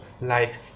life